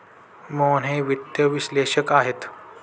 मोहन हे वित्त विश्लेषक आहेत